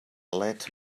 let